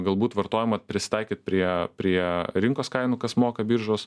galbūt vartojimą prisitaikyt prie prie rinkos kainų kas moka biržos